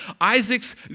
Isaac's